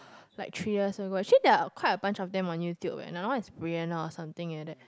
like three years ago actually there are quite a bunch of them on YouTube another one is Brianna or something like that